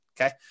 Okay